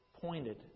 pointed